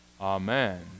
Amen